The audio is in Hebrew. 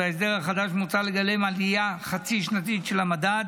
בהסדר החדש מוצע לגלם עלייה חצי-שנתית של המדד